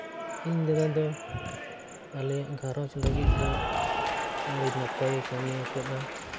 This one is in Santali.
ᱤᱧ ᱫᱟᱫᱟ ᱫᱚ ᱟᱞᱮᱭᱟᱜ ᱜᱷᱟᱸᱨᱚᱡᱽ ᱞᱟᱹᱜᱤᱫ ᱫᱚ ᱟᱹᱰᱤ ᱱᱟᱯᱟᱭᱮ ᱠᱟᱹᱢᱤᱭᱟᱠᱟᱫᱟ